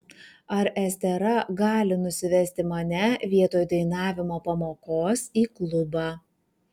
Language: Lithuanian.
ar estera gali nusivesti mane vietoj dainavimo pamokos į klubą